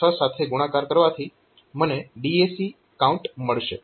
6 સાથે ગુણાકાર કરવાથી મને DAC કાઉન્ટ મળશે